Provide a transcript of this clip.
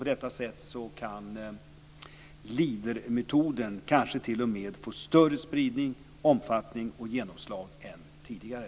På detta sätt kan Leadermetoden kanske t.o.m. få större spridning, omfattning och genomslag än tidigare.